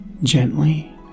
Gently